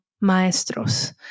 maestros